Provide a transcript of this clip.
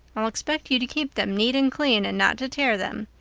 i'll expect you to keep them neat and clean and not to tear them.